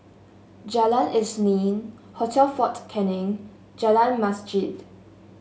Jalan Isnin Hotel Fort Canning Jalan Masjid